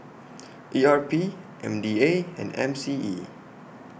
E R P M D A and M C E